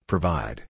Provide